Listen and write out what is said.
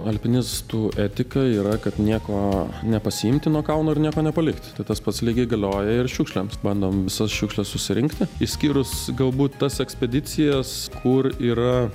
alpinistų etika yra kad nieko nepasiimti nuo kalno ir nieko nepalikt tas pats lygiai galioja ir šiukšlėms bandom visas šiukšles susirinkti išskyrus galbūt tas ekspedicijas kur yra